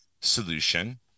solution